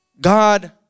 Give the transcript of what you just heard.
God